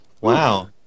Wow